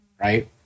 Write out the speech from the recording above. right